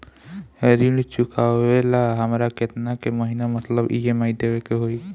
ऋण चुकावेला हमरा केतना के महीना मतलब ई.एम.आई देवे के होई?